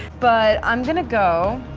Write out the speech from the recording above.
but i'm gonna go,